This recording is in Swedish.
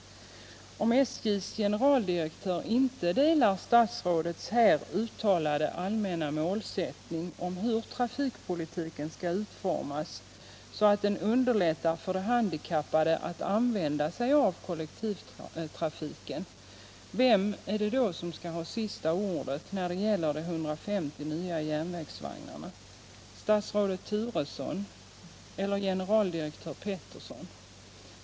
Om SJ:s generaldirektör inte delar statsrådets här uttalade allmänna målsättning att trafikpolitiken skall utformas så att den underlättar för de handikappade att utnyttja kollektivtrafiken, vem är det då som skall ha sista ordet när det gäller de 150 nya järnvägsvagnarna — statsrådet Turesson eller generaldirektör Peterson?